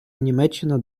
німеччина